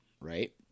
right